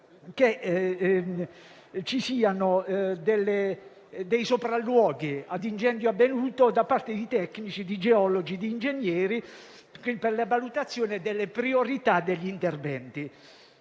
necessità di sopralluoghi, a incendio avvenuto, da parte di tecnici, di geologi e di ingegneri, per la valutazione delle priorità degli interventi.